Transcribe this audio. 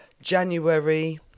January